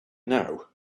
now